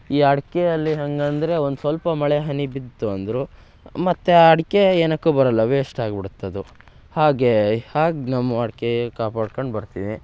ಈ ಅಡಿಕೆಯಲ್ಲಿ ಹಾಗಂದ್ರೆ ಒಂದು ಸ್ವಲ್ಪ ಮಳೆ ಹನಿ ಬಿತ್ತು ಅಂದ್ರೂ ಮತ್ತೆ ಆ ಅಡಿಕೆ ಏನಕ್ಕೂ ಬರಲ್ಲ ವೇಸ್ಟಾಗಿಬಿಡುತ್ತದು ಹಾಗೆ ಹಾಗೆ ನಮ್ಮ ಅಡಿಕೆ ಕಾಪಾಡ್ಕಂಡು ಬರ್ತೀನಿ